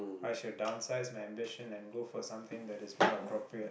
I should downsize my ambition and go for something that is more appropriate